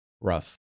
rough